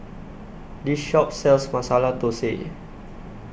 This Shop sells Masala Thosai